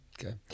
Okay